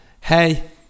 Hey